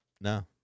No